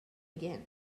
again